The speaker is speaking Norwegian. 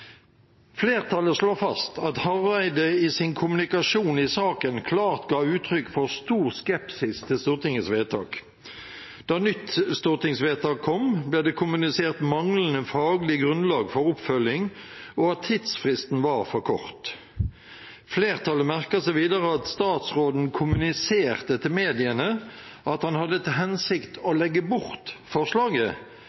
Flertallet slår fast at Hareide i sin kommunikasjon i saken klart ga uttrykk for stor skepsis til Stortingets vedtak. Da nytt stortingsvedtak kom, ble det kommunisert manglende faglig grunnlag for oppfølging og at tidsfristen var for kort. Flertallet merker seg videre at statsråden kommuniserte til mediene at han hadde til hensikt å